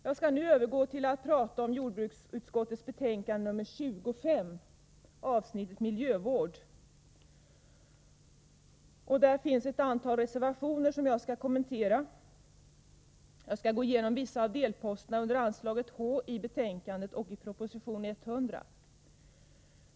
Jag skall nu övergå till att prata om avsnittet miljövård i jordbruksutskottets betänkande 25. Där finns ett antal reservationer som jag skall kommentera. Jag skall gå igenom vissa av delposterna under anslaget Hi proposition 100.